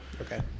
Okay